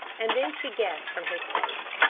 and then she guessed from his face.